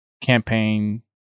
campaign